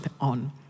on